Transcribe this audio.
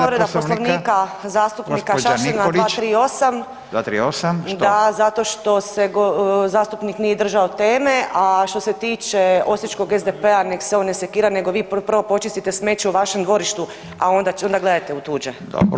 Povreda Poslovnika zastupnika [[Upadica: Gđa. Nikolić.]] Šašlina, 238 [[Upadica: 238, što?]] da, zato što se zastupnik nije držao teme, a što se tiče osječkog SDP-a, nek se on ne sekira, nego vi prvo počistite smeće u vašem dvorištu, a onda gledajte u tuđe.